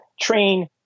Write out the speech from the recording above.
train